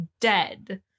dead